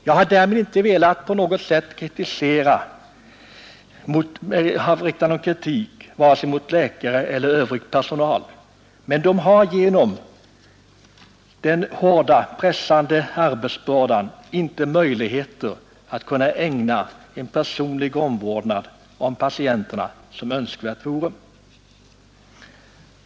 Jag har därmed inte velat rikta någon kritik mot vare sig läkare eller övrig personal, men de har genom den hårda, pressande arbetsbördan inte några möjligheter att ägna patienten sådan personlig omvårdnad som önskvärt vore.